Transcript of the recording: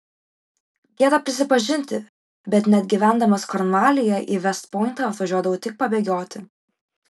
gėda prisipažinti bet net gyvendamas kornvalyje į vest pointą atvažiuodavau tik pabėgioti